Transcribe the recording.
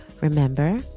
remember